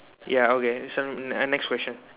ya okay so mm uh next question